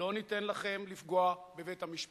לא ניתן לכם לפגוע בבית-המשפט,